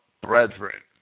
brethren